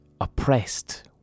oppressed